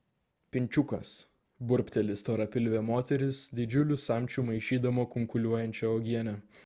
pinčiukas burbteli storapilvė moteris didžiuliu samčiu maišydama kunkuliuojančią uogienę